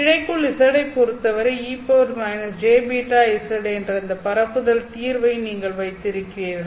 இழைக்குள் Z ஐப் பொறுத்தவரை e jβz என்ற இந்த பரப்புதல் தீர்வை நீங்கள் வைத்திருக்கிறீர்கள்